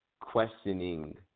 questioning